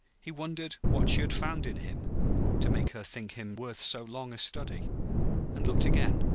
he wondered what she had found in him to make her think him worth so long a study and looked again,